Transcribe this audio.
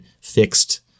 fixed